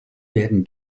werden